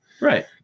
Right